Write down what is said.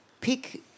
pick